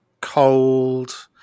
cold